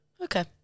okay